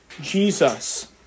Jesus